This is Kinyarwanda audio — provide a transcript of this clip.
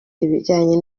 ibijyanye